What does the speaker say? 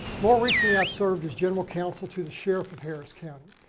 more recently, i've served as general council to the sheriff of harris county,